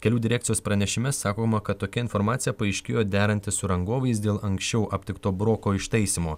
kelių direkcijos pranešime sakoma kad tokia informacija paaiškėjo derantis su rangovais dėl anksčiau aptikto broko ištaisymo